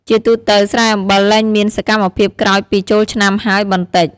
ជាទូទៅស្រែអំបិលលែងមានសកម្មភាពក្រោយពីចូលឆ្នាំហើយបន្តិច។